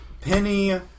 Penny